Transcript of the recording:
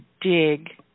dig